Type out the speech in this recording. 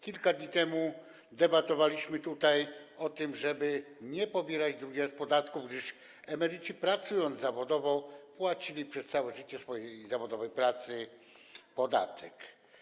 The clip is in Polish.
Kilka dni temu debatowaliśmy tutaj o tym, żeby nie pobierać drugi raz podatków, gdyż emeryci, pracując zawodowo, płacili przez całe życie w swojej zawodowej pracy podatek.